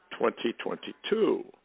2022